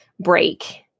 break